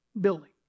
Building